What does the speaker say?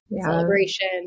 celebration